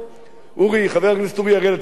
אתה זוכר שאני הגשתי את החוק של הגדר,